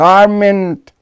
Garment